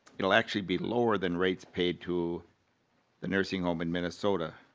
it will actually be lower than rates paid to the nursing home in minnesota.